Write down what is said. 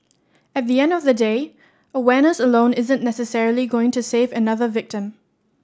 at the end of the day awareness alone isn't necessarily going to save another victim